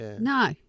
No